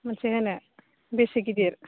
मोनसे होनो बेसे गिदिर